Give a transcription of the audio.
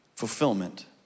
fulfillment